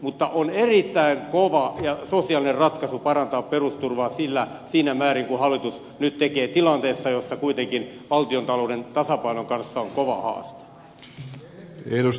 mutta on erittäin kova ja sosiaalinen ratkaisu parantaa perusturvaa siinä määrin kuin hallitus nyt tekee tilanteessa jossa kuitenkin valtiontalouden tasapainon kanssa on kova haaste